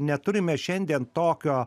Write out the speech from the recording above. neturime šiandien tokio